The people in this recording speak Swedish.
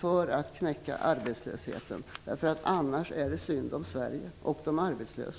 för att knäcka arbetslösheten, Anders Sundström? Annars är det synd om Sverige och de arbetslösa.